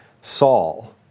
Saul